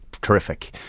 terrific